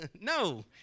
no